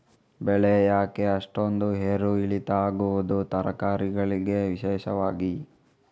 ಬೆಳೆ ಯಾಕೆ ಅಷ್ಟೊಂದು ಏರು ಇಳಿತ ಆಗುವುದು, ತರಕಾರಿ ಗಳಿಗೆ ವಿಶೇಷವಾಗಿ?